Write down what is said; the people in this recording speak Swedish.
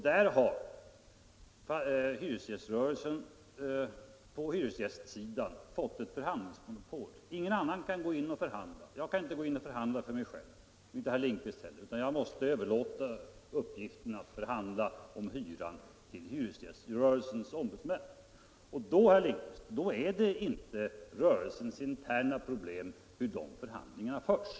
Där har hyresgäströrelsen på hyresgästsidan fått ett förhandlingsmonopol. Ingen annan kan gå in och förhandla. Jag kan inte förhandla för mig själv och inte herr Lindkvist för sig, utan vi måste överlåta uppgiften att förhandla om hyran till hyresgäströrelsens ombudsmän. Då, herr Lindkvist, är det inte rörelsens interna problem hur de förhandlingarna förs.